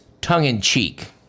tongue-in-cheek